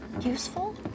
useful